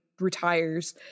retires